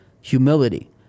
humility